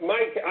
Mike